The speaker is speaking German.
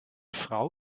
frau